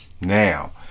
Now